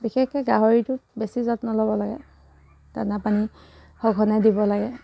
বিশেষকৈ গাহৰিটোক বেছি যত্ন ল'ব লাগে দানা পানী সঘনে দিব লাগে